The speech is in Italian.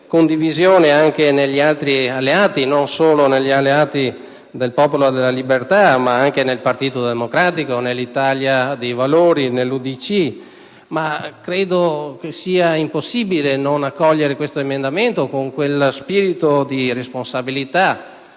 condivisione anche negli altri Gruppi, non solo negli alleati del Popolo della Libertà, ma anche nel Partito Democratico, nell'Italia dei Valori e nell'UDC. Credo sia impossibile non accogliere tale emendamento, con quello spirito di responsabilità